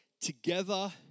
together